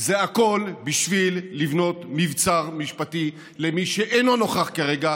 זה הכול בשביל לבנות מבצר משפטי למי שאינו נוכח כרגע,